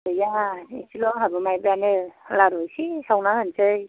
गैया एसेल' आंहाबो माइब्रायानो लारु एसे एसे सावना होनोसै